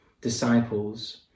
disciples